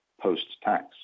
post-tax